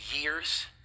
years